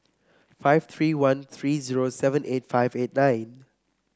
five three one three zero seven eight five eight nine